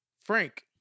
Frank